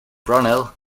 brunel